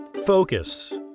Focus